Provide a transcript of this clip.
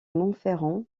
montferrand